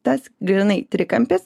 tas grynai trikampis